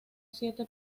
siete